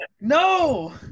No